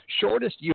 shortest